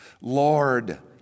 Lord